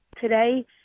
today